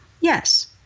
Yes